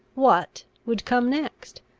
what, would come next,